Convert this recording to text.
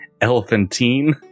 elephantine